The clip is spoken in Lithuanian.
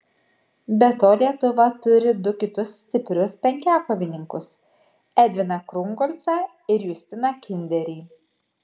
be to lietuva turi du kitus stiprius penkiakovininkus edviną krungolcą ir justiną kinderį